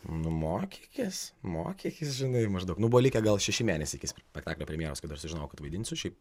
nu mokykis mokykis žinai maždaug nu buvo likę gal šeši mėnesiai iki spektaklio premjeros kada aš sužinojau kad vaidinsiu šiaip